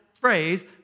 phrase